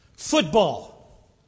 Football